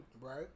right